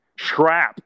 Shrap